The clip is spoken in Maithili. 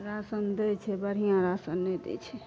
राशन दै छै बढ़िआँ राशन नहि दै छै